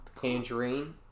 Tangerine